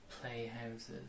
Playhouses